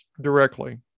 directly